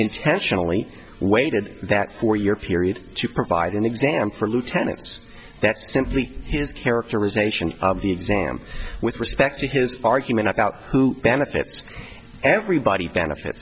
intentionally waited that four year period to provide an exam for lieutenants that's simply his characterization of the exam with respect to his argument about who benefits everybody benefit